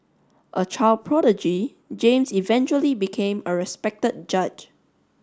a child prodigy James eventually became a respected judge